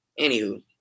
Anywho